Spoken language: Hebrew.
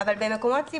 בבתי כנסת אפשר.